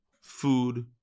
food